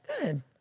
Good